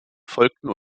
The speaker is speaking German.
folgten